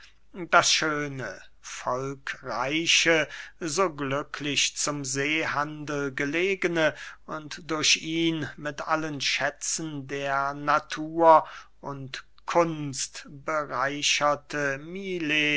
das schöne volkreiche so glücklich zum seehandel gelegene und durch ihn mit allen schätzen der natur und kunst bereicherte milet